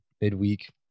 midweek